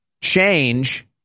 change